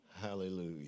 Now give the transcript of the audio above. Hallelujah